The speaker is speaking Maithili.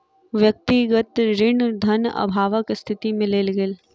व्यक्तिगत ऋण धन अभावक स्थिति में लेल गेल